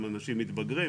אנשים מתבגרים,